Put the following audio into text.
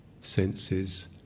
senses